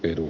edu